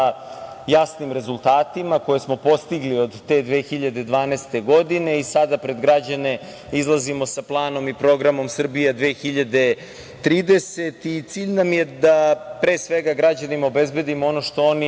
jasnim rezultatima koje smo postigli od te 2012. godine i sada pred građane izlazimo sa planom i programom „Srbija 2030“. Cilj nam je da građanima obezbedimo ono što oni